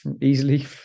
easily